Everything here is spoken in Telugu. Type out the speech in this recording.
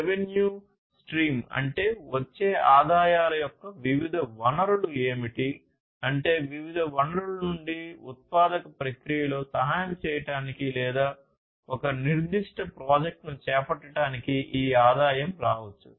రెవెన్యూ స్ట్రీమ్ అంటే వచ్చే ఆదాయాల యొక్క వివిధ వనరులు ఏమిటి అంటే వివిధ వనరుల నుండి ఉత్పాదక ప్రక్రియలో సహాయం చేయడానికి లేదా ఒక నిర్దిష్ట ప్రాజెక్టును చేపట్టడానికి ఈ ఆదాయం రావచ్చు